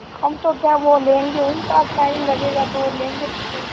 हम तो क्या बोलेंगे उनका टाइम लगेगा तो वो लेंगे तो सही